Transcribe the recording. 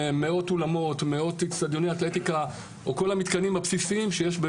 הוא יהיה ממספר -- איזה משרדים מעוגנים אתכם בשולחן